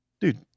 Dude